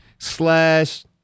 slash